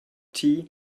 tea